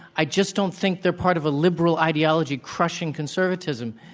i just don't think they're part of a liberal ideology crushing conservatism.